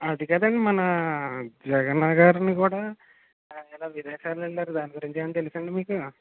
అది కాదండీ మన జగన్ గారు కూడా అయన విదేశాలు వెళ్ళారు దాని గురించి ఏమన్నా తెలుసాండీ మీకు